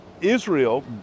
Israel